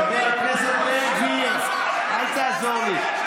חבר הכנסת בן גביר, אל תעזור לי.